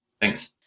Thanks